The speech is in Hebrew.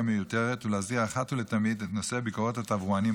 מיותרת ולהסדיר אחת ולתמיד את נושא ביקורות התברואנים